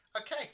Okay